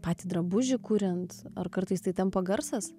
patį drabužį kuriant ar kartais tai tampa garsas